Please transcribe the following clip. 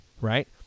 right